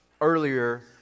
Earlier